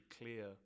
clear